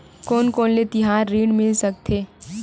कोन कोन ले तिहार ऋण मिल सकथे?